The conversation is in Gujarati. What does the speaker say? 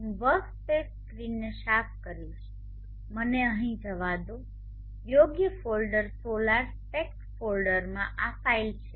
ચાલો હું વર્કસ્પેસ સ્ક્રીનને સાફ કરીશ મને અહીં અહીં જવા દો યોગ્ય ફોલ્ડર ફોલ્ડર સોલાર સ્પેક્ટ્રમ ફોલ્ડરમાં આ ફાઇલો છે